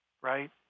right